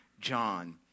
John